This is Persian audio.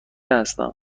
هستم